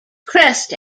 crest